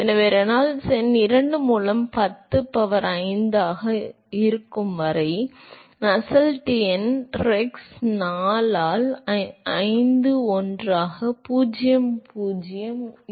எனவே ரெனால்ட்ஸ் எண் 2 முதல் 10 பவர் 5 வரை இருக்கும் என்றும் நசெல்ட்ஸ் எண் ரெக்ஸ் 4 ஆல் 5 1 ஆக 0